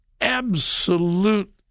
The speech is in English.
absolute